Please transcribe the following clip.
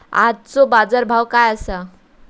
आजचो बाजार भाव काय आसा?